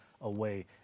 away